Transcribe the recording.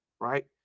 right